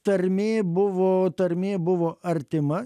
tarmė buvo tarmė buvo artima